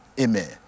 Amen